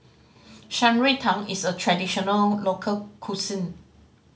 Shan Rui Tang is a traditional local cuisine